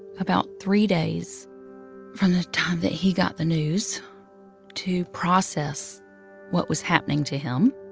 about three days from the time that he got the news to process what was happening to him.